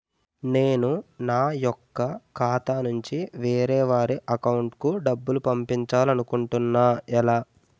నేను నా యెక్క ఖాతా నుంచి వేరే వారి అకౌంట్ కు డబ్బులు పంపించాలనుకుంటున్నా ఎలా?